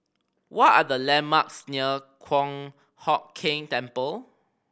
what are the landmarks near Kong Hock Keng Temple